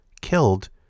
killed